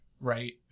right